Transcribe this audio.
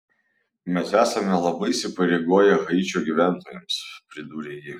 mes esame labai įsipareigoję haičio gyventojams pridūrė ji